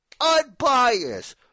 unbiased